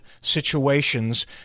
situations